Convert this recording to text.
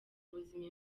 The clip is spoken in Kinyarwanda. buzima